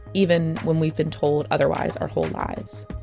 even when we've been told otherwise our whole lives